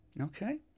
okay